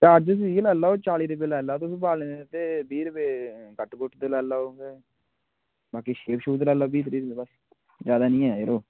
charges इ'यै लाई लैओ चाली रपेऽ लाई लैओ बालें दे ते बीह् रपेऽ कट कूट दे लाई लैओ ते बाकी शेव शूव कराई लैओ बीह् त्रीह् लाई लैओ जादै निं ऐ यरो